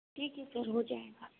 ठीक है सर हो जाएगा